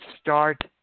start